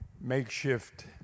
makeshift